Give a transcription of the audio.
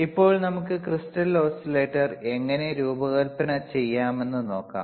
ഇപ്പോൾ നമുക്ക് crystal oscillator എങ്ങനെ രൂപകൽപ്പന ചെയ്യാമെന്ന് നോക്കാം